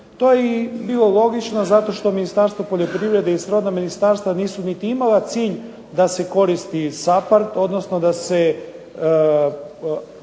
To je bilo i logično zato što Ministarstvo poljoprivrede i srodna ministarstva nisu niti imala cilj da se koristi SAPARD odnosno da se